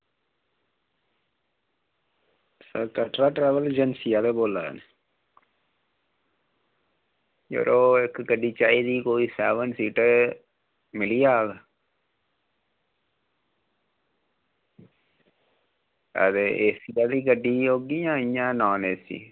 तुस Katra travel agency आह्ले बोला दे यरो इक गड्डी चाहिदी कोई सैवन सीटर मिली जाह्ग ते एसी आह्ली गड्डी औगी जां नान एसी